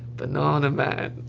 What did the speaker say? banana man